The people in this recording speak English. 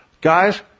Guys